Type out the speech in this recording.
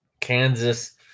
Kansas